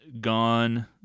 gone